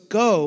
go